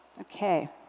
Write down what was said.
Okay